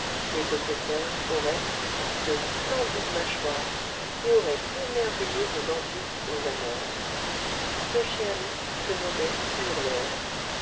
mais possesseur au reste de splendides mâchoires qui auraient émerveillé nos dentistes osanores ce chien loup se nommait hurleur